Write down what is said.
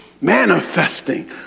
Manifesting